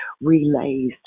relays